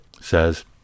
says